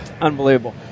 Unbelievable